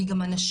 כי גם אנשים,